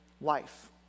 life